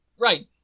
Right